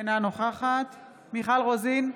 אינה נוכחת מיכל רוזין,